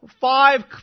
five